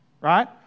right